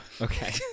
Okay